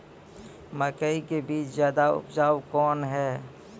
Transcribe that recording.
मकई के बीज ज्यादा उपजाऊ कौन है?